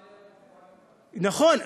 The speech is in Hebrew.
נכון.